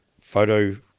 photo